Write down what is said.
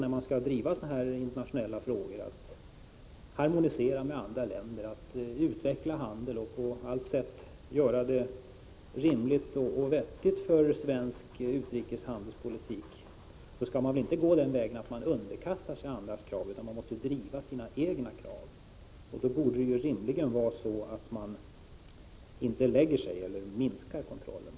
När man skall driva sådana här internationella frågor, att harmoniera med andra länder, att utveckla handel och på allt sätt göra något rimligt och vettigt för svensk utrikeshandelspolitik, skall man inte gå den vägen att underkasta sig andras krav, utan man måste driva sina egna krav. Då borde man rimligen inte lägga sig eller minska kontrollen.